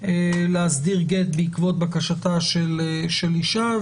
להסדיר גט בעקבות בקשתה של אישה,